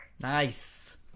Nice